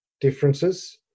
differences